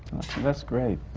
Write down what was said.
that's great.